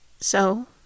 So